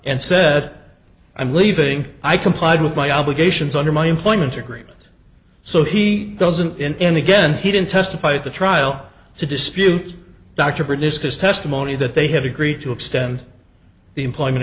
and said i'm leaving i complied with my obligations under my employment agreement so he doesn't in any again he didn't testify at the trial to dispute dr produce his testimony that they had agreed to extend the employment